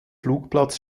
flugplatz